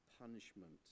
punishment